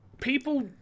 people